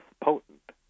potent